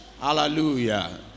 Hallelujah